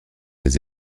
des